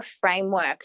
framework